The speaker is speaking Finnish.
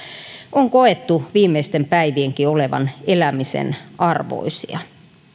on koettu viimeisten päivienkin olevan elämisen arvoisia